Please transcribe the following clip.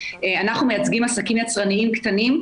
אנחנו מייצגים עסקים יצרניים קטנים,